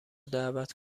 دعوت